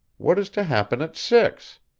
what is to happen at six?